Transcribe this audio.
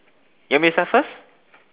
you want me to start first